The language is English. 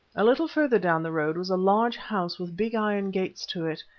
a little further down the road was a large house with big iron gates to it,